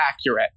accurate